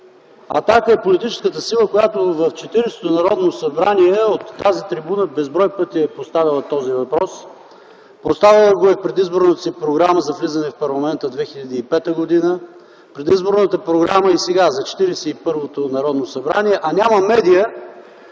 „Атака” е политическата сила, която в Четиридесетото Народно събрание от тази трибуна безброй пъти е поставяла този въпрос. Поставяла го е в предизборната си програма за влизане в парламента 2005 г., в предизборната програма и сега, за Четиридесет и първото Народно събрание, а няма медия,